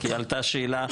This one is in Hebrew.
כי עלתה שאלה,